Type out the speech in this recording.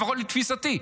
לפחות לתפיסתי.